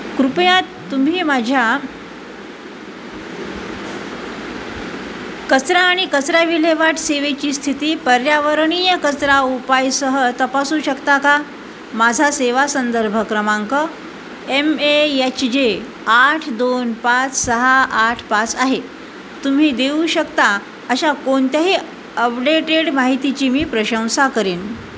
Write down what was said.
कृपया तुम्ही माझ्या कचरा आणि कचरा विल्हेवाट सेवेची स्थिती पर्यावरणीय कचरा उपायसह तपासू शकता का माझा सेवा संदर्भ क्रमांक एम ए एच जे आठ दोन पाच सहा आठ पाच आहे तुम्ही देऊ शकता अशा कोणत्याही अपडेटेड माहितीची मी प्रशंसा करेन